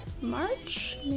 March